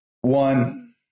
one